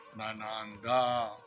nananda